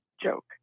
joke